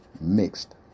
mixed